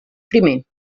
primer